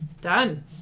Done